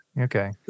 okay